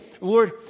Lord